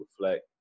reflect